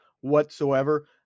whatsoever